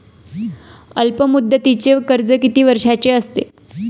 अल्पमुदतीचे कर्ज किती वर्षांचे असते?